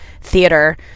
Theater